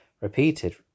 repeated